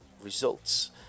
results